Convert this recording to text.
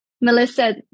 Melissa